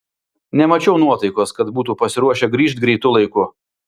nemačiau nuotaikos kad būtų pasiruošę grįžt greitu laiku